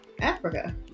africa